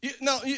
No